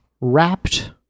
wrapped